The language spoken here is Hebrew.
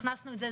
הכנסנו את זה,